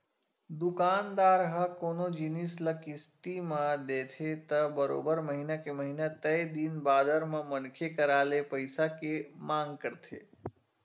दुकानदार ह कोनो जिनिस ल किस्ती म देथे त बरोबर महिना के महिना तय दिन बादर म मनखे करा ले पइसा के मांग करथे